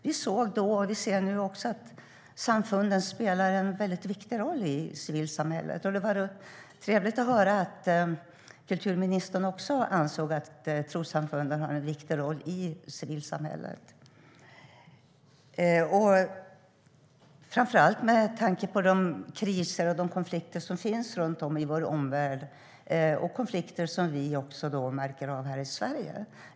Vi såg då, och vi ser nu också, att samfunden spelar en viktig roll i civilsamhället. Det var trevligt att höra att kulturministern också anser att trossamfunden har en viktig roll i civilsamhället. Det är framför allt med tanke på de kriser och konflikter som finns runt om i vår omvärld - konflikter som vi också märker av i Sverige.